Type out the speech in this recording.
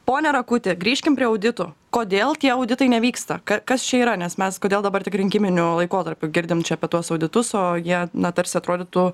pone rakuti grįžkim prie auditų kodėl tie auditai nevyksta ka kas čia yra nes mes kodėl dabar tik rinkiminiu laikotarpiu girdim apie tuos auditus o jie na tarsi atrodytų